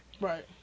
Right